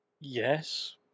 Yes